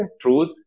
truth